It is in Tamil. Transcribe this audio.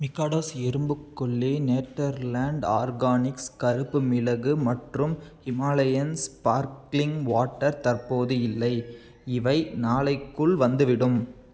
மிக்காடோஸ் எறும்புக் கொல்லி நேட்டர்லாண்ட் ஆர்கானிக்ஸ் கருப்பு மிளகு மற்றும் ஹிமாலயன்ஸ் ஸ்பார்க்லிங் வாட்டர் தற்போது இல்லை இவை நாளைக்குள் வந்துவிடும்